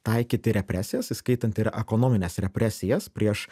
taikyti represijas įskaitant ir ekonomines represijas prieš